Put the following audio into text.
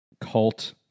cult